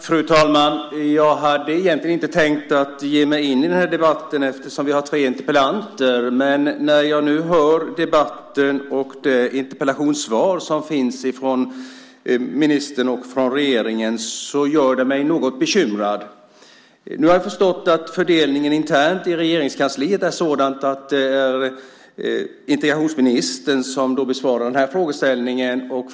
Fru talman! Jag hade egentligen inte tänkt ge mig in i debatten eftersom vi har tre interpellanter. Men när jag nu hör debatten och det interpellationssvar som finns från ministern och regeringen gör det mig något bekymrad. Jag har förstått att fördelningen internt i Regeringskansliet är sådan att det är integrationsministern som besvarar den här frågan.